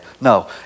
No